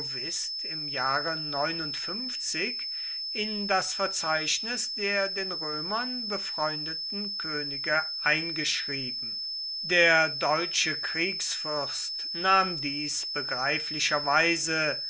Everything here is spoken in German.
ariovist im jahre in das verzeichnis der den römern befreundeten könige eingeschrieben der deutsche kriegsfürst nahm dies